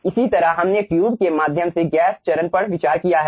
इसी तरह हमने ट्यूब के माध्यम से गैस चरण पर विचार किया है